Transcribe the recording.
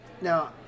Now